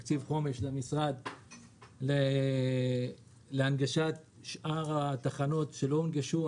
תקציב חומש למשרד להנגשת שאר התחנות שלא הונגשו.